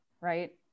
Right